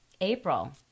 April